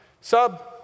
Sub